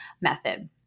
method